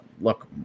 Look